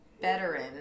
veteran